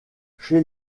chez